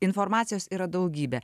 informacijos yra daugybė